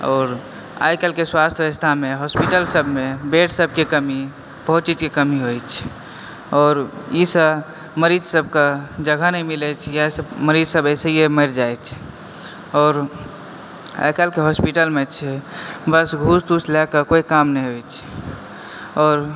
आओर आइ काल्हिके स्वास्थ व्यवस्थामे होस्पीटल सबमे बेड सबके कमी बहुत चीजके कमी होइ छै आओर ई सऽ मरीज सबके जगह नहि मिलै छै इएह सॅं मरीज सब ऐसेही मरि जाइ छै आओर आइ काल्हिके होस्पीटल मे छै बस घूस तूस लायकऽ कोइ काम नहि होइ छै आओर